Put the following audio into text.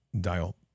dial